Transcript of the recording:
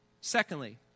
Secondly